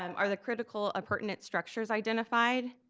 um are the critical appurtenant structures identified?